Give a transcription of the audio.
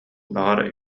баҕар